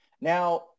Now